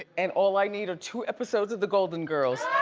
and all i need are two episodes of the golden girls.